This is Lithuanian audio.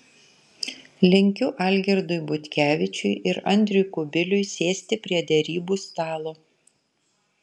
linkiu algirdui butkevičiui ir andriui kubiliui sėsti prie derybų stalo